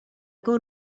con